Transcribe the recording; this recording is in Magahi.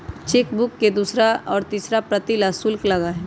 चेकबुक के दूसरा और तीसरा प्रति ला शुल्क लगा हई